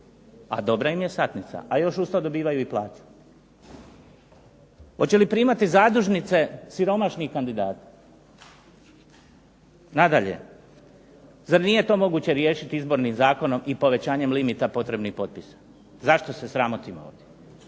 A dobra im je satnica, a još uz to dobivaju plaću. Hoće li primati zadužnice siromašnih kandidata? Nadalje, zar nije to moguće riješiti Izbornim zakonom i povećanjem limita potrebnih potpisa? Zašto se sramotimo ovdje?